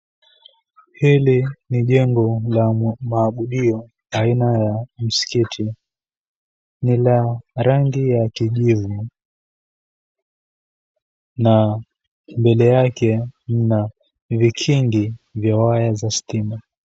Hili ni jengo la maabudiwa aina ya msikiti. Ni la rangi ya kijivu na mbele yake mna vikingi vya waya za stima.